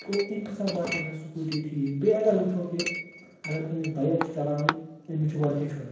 گوٚو اَمہِ حِساب باسے مےٚ سٕکوٗٹی ٹھیٖک بیٚیہِ اگر وٕچھو کہِ اگر کٲنٛسہِ بایِک چھِ چَلاوٕنۍ أمِس چھُ گۄڈٕ ہیٚچھُن